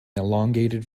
elongated